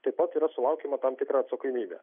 taip pat yra sulaukiama tam tikra atsakomybė